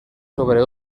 sobre